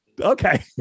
Okay